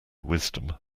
wisdom